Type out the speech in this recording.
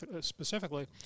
specifically